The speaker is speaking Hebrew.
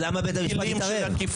למה בית המשפט התערב?